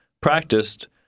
practiced